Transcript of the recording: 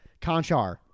Conchar